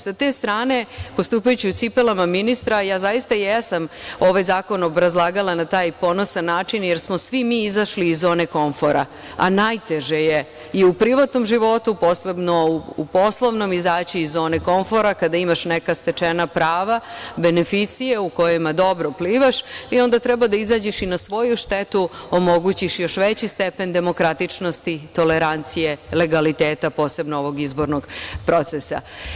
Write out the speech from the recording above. Sa te strane postupajući u cipelama ministra ja zaista jesam ovaj zakon obrazlagala na taj ponosan način, jer smo svi mi izašli iz zone konfora, a najteže je i u privatnom životu, posebno u poslovnom izaći iz zone konfora, kada imaš neka stečena prava, beneficije u kojima dobro plivaš i onda treba da izađeš i na svoju štetu omogućiš još veći stepen demokratičnosti, tolerancije, legaliteta, posebno ovog izbornog procesa.